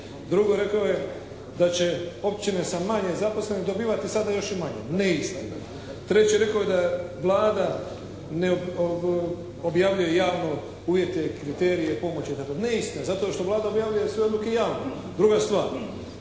Drugo, rekao je da će općine sa manje zaposlenih dobivati sada još i manje. Neistina. Treće, rekao je da Vlada ne objavljuje javno uvjete, kriterije pomoći i tako dalje. Neistina. Zato što Vlada objavljuje sve odluke javno. Druga stvar,